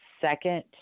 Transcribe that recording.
second